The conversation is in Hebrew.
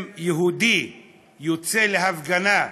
אם יהודי יוצא להפגנה,